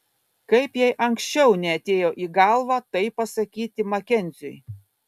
kaip jai anksčiau neatėjo į galvą tai pasakyti makenziui